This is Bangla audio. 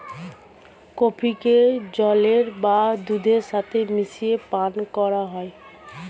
কফিকে জলের বা দুধের সাথে মিশিয়ে পান করা হয়